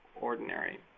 ordinary